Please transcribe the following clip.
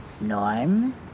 Norm